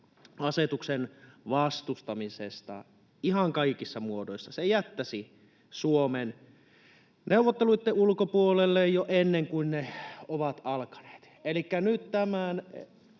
asetuksen vastustamisesta ihan kaikissa muodoissa jättäisi Suomen neuvotteluiden ulkopuolelle jo ennen kuin ne ovat alkaneet. [Sanna